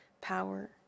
power